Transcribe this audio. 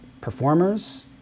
performers